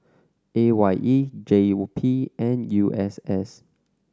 A Y E J P and U S S